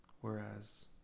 Whereas